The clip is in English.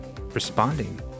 responding